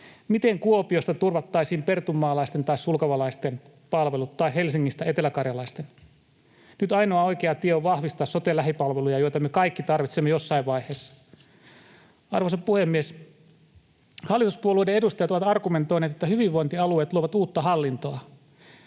Miten Kuopiosta turvattaisiin pertunmaalaisten tai sulkavalaisten palvelut tai Helsingistä eteläkarjalaisten? Nyt ainoa oikea tie on vahvistaa sote-lähipalveluja, joita me kaikki tarvitsemme jossain vaiheessa. Arvoisa puhemies! Hallituspuolueiden edustajat ovat argumentoineet, että hyvinvointialueet luovat uutta hallintoa.